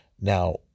Now